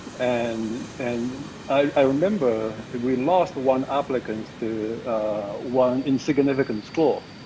and and i remember we lost one applicant to one insignificant school